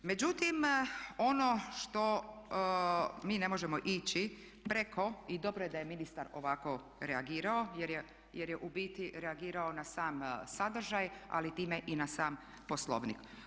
Međutim, ono što mi ne možemo ići preko i dobro da je ministar ovako reagirao jer je u biti reagirao na sam sadržaj ali time i na sam Poslovnik.